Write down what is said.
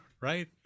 right